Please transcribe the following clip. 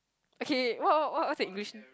okay what what what what her English